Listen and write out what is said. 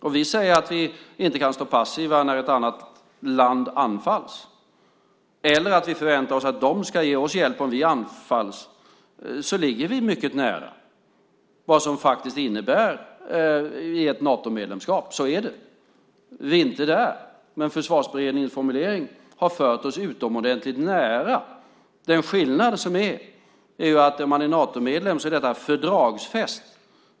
När vi säger att vi inte kan stå passiva när ett annat land anfalls eller att vi förväntar oss att de ska ge oss hjälp om vi anfalls ligger vi mycket nära vad ett Natomedlemskap faktiskt innebär. Så är det. Vi är inte där, men Försvarsberedningens formulering har fört oss utomordentligt nära. Skillnaden är att är man Natomedlem är detta fördragsfäst.